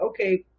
Okay